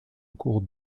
cours